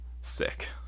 sick